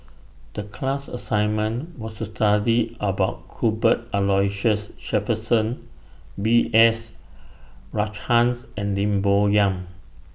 The class assignment was to study about Cuthbert Aloysius Shepherdson B S Rajhans and Lim Bo Yam